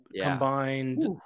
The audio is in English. combined